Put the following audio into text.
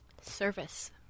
Service